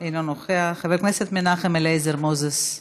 אינו נוכח, חבר הכנסת מנחם אליעזר מוזס,